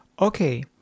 Okay